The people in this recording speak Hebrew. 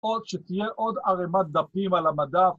עוד, ‫שתהיה עוד ערימת דפים על המדף.